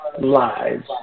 lives